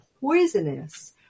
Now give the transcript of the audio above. poisonous